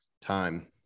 time